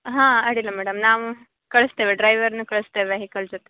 ಹಾಂ ಅಡ್ಡಿಲ್ಲ ಮೇಡಮ್ ನಾವು ಕಳಿಸ್ತೇವೆ ಡ್ರೈವರನ್ನ ಕಳ್ಸ್ತೇವೆ ವೆಹಿಕಲ್ ಜೊತೆ